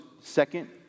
second